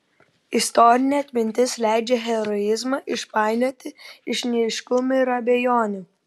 istorinė atmintis leidžia heroizmą išpainioti iš neaiškumų ir abejonių